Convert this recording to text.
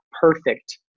perfect